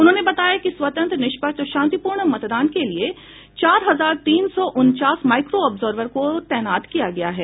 उन्होंने बताया कि स्वतंत्र निष्पक्ष और शांतिपूर्ण मतदान के लिए चार हजार तीन सौ उनचास माइक्रो ऑब्जर्वर को तैनात किया गया है